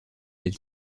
elle